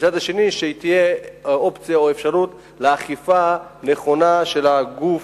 ומצד שני תהיה אופציה או אפשרות של אכיפה נכונה של הגוף,